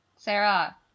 Sarah